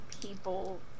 people